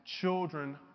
children